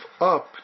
up